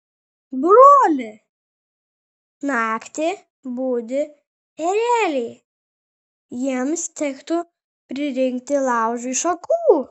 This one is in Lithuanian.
broli naktį budi ereliai jiems tektų pririnkti laužui šakų